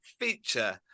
feature